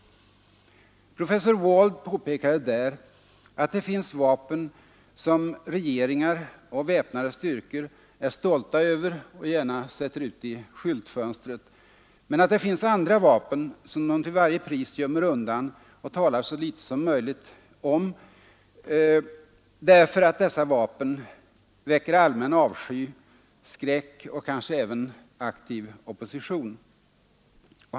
Professor Wald påpekade där att det finns vapen som regeringar och väpnade styrkor är stolta över och gärna sätter ut i skyltfönstret men att det finns andra vapen som de till varje pris gömmer undan och talar så litet som möjligt om, därför att dessa vapen väcker allmän avsky, skräck och kanske även aktiv opposition.